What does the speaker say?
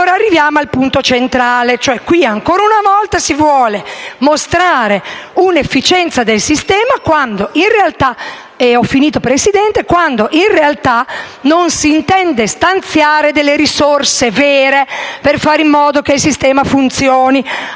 Allora, arriviamo al punto centrale: qui ancora una volta si vuole mostrare un'efficienza del sistema quando, in realtà, non si intendono stanziare delle risorse vere per fare in modo che il sistema funzioni.